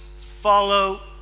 Follow